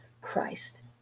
christ